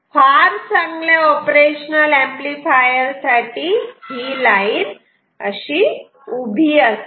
फार चांगल्या operational amplifier साठी ही लाईन उभी असते